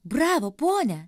bravo pone